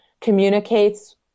communicates